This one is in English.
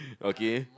okay